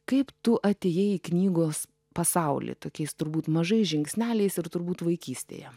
kaip tu atėjai į knygos pasaulį tokiais turbūt mažais žingsneliais ir turbūt vaikystėje